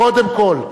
קודם כול,